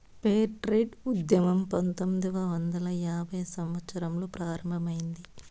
fair trade ఉద్యమం పంతొమ్మిదవ వందల యాభైవ సంవత్సరంలో ప్రారంభమైంది